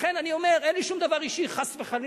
לכן אני אומר, אין לי שום דבר אישי, חס וחלילה.